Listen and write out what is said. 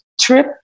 Trip